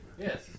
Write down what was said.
Yes